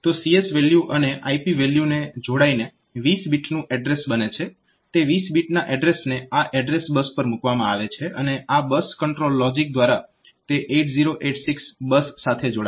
તો CS value અને IP વેલ્યુને જોડાઇને 20 બીટનું એડ્રેસ બને છે તે 20 બીટના એડ્રેસને આ એડ્રેસ બસ પર મૂકવામાં આવે છે અને આ બસ કંટ્રોલ લોજીક દ્વારા તે 8086 બસ સાથે જોડાશે